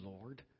Lord